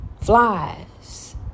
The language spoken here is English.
flies